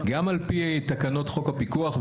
גם על-פי תקנות חוק הפיקוח,